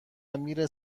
میره